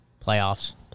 Playoffs